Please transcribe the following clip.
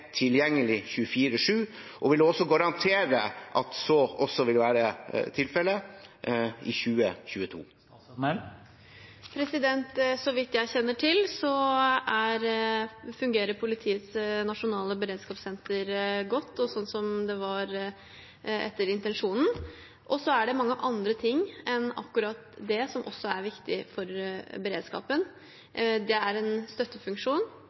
garantere at så også vil være tilfelle i 2022? Så vidt jeg kjenner til, fungerer Politiets nasjonale beredskapssenter godt og etter intensjonen. Så er det mange andre ting enn akkurat det som også er viktig for beredskapen. Det er en støttefunksjon,